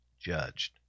judged